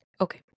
Okay